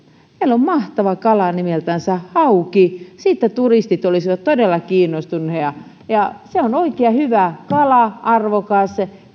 on mahtava kala nimeltänsä hauki siitä turistit olisivat todella kiinnostuneita se on oikein hyvä kala arvokas